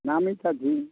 नामी छथिन